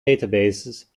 databases